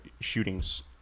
shootings